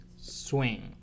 swing